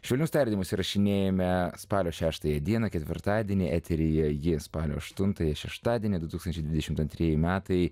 šiauliuose tardymus įrašinėjame spalio šeštąją dieną ketvirtadienį eteryje jie spalio aštuntąją šeštadienį du tūkstančiai antrieji metai